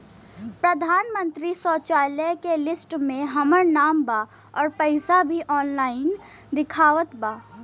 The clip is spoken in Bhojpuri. प्रधानमंत्री शौचालय के लिस्ट में हमार नाम बा अउर पैसा भी ऑनलाइन दिखावत बा